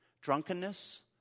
drunkenness